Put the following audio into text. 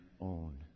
own